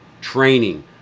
training